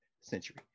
century